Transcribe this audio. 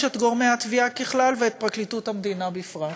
את גורמי התביעה בכלל ואת פרקליטות המדינה בפרט.